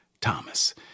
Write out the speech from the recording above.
Thomas